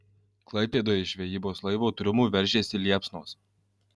klaipėdoje iš žvejybos laivo triumų veržėsi liepsnos